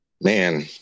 Man